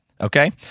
Okay